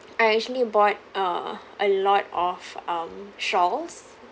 I actually bought uh a lot of um shawls